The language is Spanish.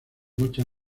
muchas